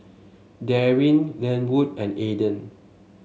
Daryn Lenwood and Aaden